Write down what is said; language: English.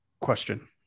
question